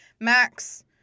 max